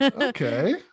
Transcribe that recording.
okay